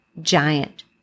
giant